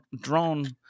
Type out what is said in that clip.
drone